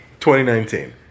2019